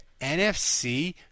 NFC